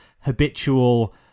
habitual